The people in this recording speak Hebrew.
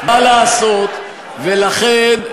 ולכן,